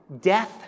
death